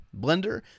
Blender